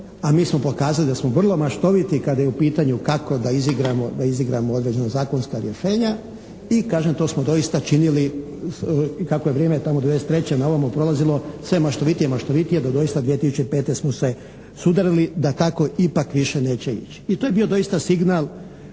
a mi smo pokazali da smo vrlo maštoviti kada je u pitanju kako da izigramo određena zakonska rješenja i kažem to smo doista činili kako je vrijeme tamo od 93. na ovamo prolazilo, sve maštovitije i maštovitije da doista 2005. smo se sudarili da tako ipak više neće ići. I to je bio doista signal